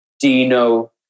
Dino